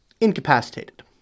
incapacitated